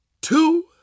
two